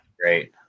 Great